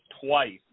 twice